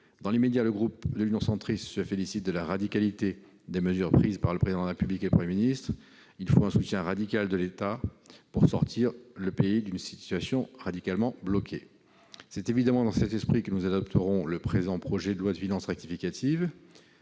Dans l'immédiat, le groupe Union Centriste se félicite de la radicalité des mesures prises par le Président de la République et le Premier ministre. Il faut un soutien radical de l'État pour sortir le pays d'une situation radicalement bloquée. C'est évidemment dans cet esprit que nous voterons pour le présent projet de loi de finances rectificative,